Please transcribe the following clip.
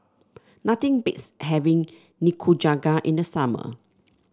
nothing beats having Nikujaga in the summer